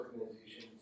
organizations